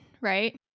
right